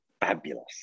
fabulous